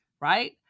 right